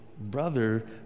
Brother